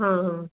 ਹਾਂ ਹਾਂ